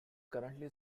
currently